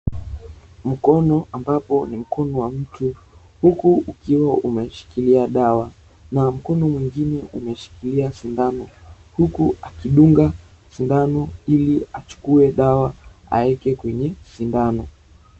Mkono ambapo ni mkono wa mtu, huku ukiwa umeshikilia dawa na mkono mwingine umeshikilia sindano, huku akidunga sindano ili achukue dawa aeke kwenye sindano.